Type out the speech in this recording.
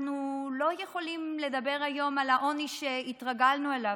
אנחנו לא יכולים לדבר היום על העוני שהתרגלנו אליו,